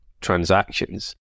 transactions